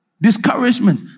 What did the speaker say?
discouragement